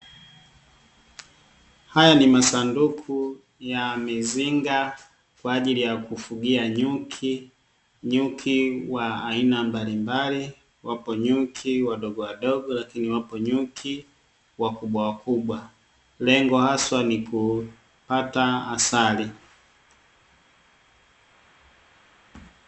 Haya ni masanduku ya mizinga kwa ajili ya kufugia nyuki. Nyuki wa aina mbalimbali, wapo nyuki wadogowadogo lakini wapo nyuki wakubwawakubwa, lengo haswa ni kupata asali.